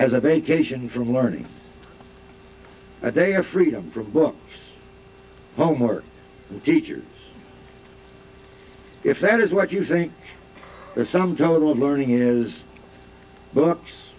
as a vacation from learning a day of freedom for a book homework teacher if that is what you think there are some total of learning is books